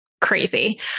crazy